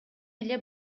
эле